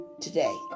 today